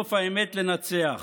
סוף האמת לנצח.